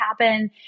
happen